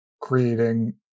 creating